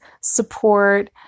support